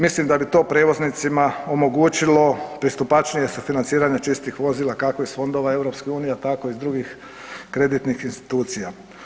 Mislim da bi to prijevoznicima omogućilo pristupačnije sufinanciranje čistih vozila kako iz fondova EU, tako i iz drugih kreditnih institucija.